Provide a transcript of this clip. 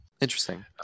Interesting